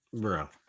bro